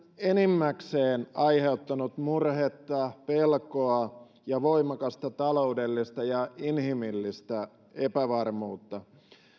enimmäkseen aiheuttanut murhetta pelkoa ja voimakasta taloudellista ja inhimillistä epävarmuutta